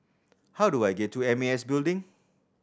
how do I get to M A S Building